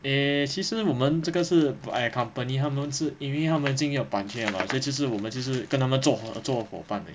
eh 其实我们这个是我 !aiya! company 是因为他们已经有版权 liao 了所以就是我们就是跟他们做做伙伴而已